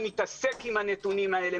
אני מתעסק עם הנתונים האלה.